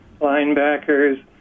linebackers